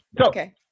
Okay